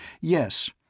Yes